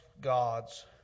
gods